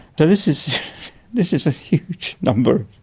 so this is this is a huge number,